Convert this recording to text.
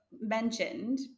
mentioned